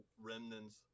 remnants